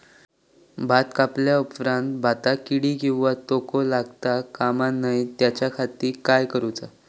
भात कापल्या ऑप्रात भाताक कीड किंवा तोको लगता काम नाय त्याच्या खाती काय करुचा?